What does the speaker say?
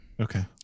Okay